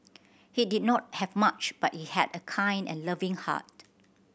he did not have much but he had a kind and loving heart